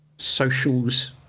socials